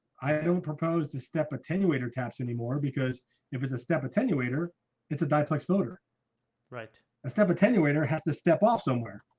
i don't propose to step attenuator taps anymore because it was a step attenuator it's a die plex motor right a step attenuator has to step off somewhere